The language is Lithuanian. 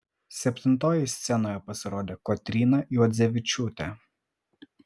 septintoji scenoje pasirodė kotryna juodzevičiūtė